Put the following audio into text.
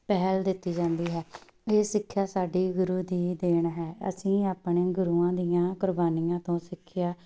ਪਹਿਲ ਦਿੱਤੀ ਜਾਂਦੀ ਹੈ ਇਹ ਸਿੱਖਿਆ ਸਾਡੇ ਗੁਰੂ ਦੀ ਦੇਣ ਹੈ ਅਸੀਂ ਆਪਣੇ ਗੁਰੂਆਂ ਦੀਆਂ ਕੁਰਬਾਨੀਆਂ ਤੋਂ ਸਿੱਖਿਆ